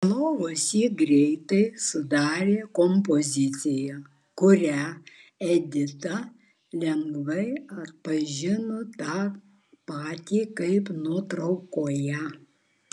prie lovos jie greitai sudarė kompoziciją kurią edita lengvai atpažino ta pati kaip nuotraukoje